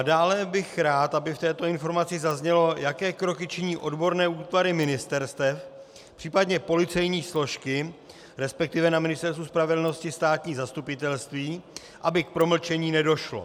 Dále bych rád, aby v této informaci zaznělo, jaké kroky činí odborné útvary ministerstev, případně policejní složky, resp. na Ministerstvu spravedlnosti státní zastupitelství, aby k promlčení nedošlo.